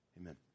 Amen